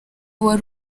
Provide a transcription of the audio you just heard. wari